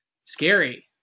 scary